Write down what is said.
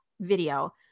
video